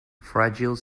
fragile